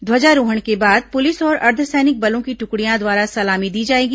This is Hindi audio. ध्वजारोहण के बाद पुलिस और अर्द्वसैनिक बलों की टुकड़ियों द्वारा सलामी दी जाएगी